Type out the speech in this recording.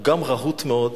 הוא גם רהוט מאוד,